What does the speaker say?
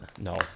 No